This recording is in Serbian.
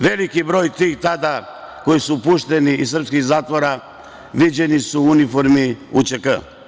Veliki broj tih koji su tada pušteni iz srpskih zatvora viđeni su u uniformi UČK.